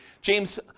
James